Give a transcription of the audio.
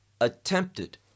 attempted